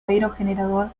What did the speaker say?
aerogenerador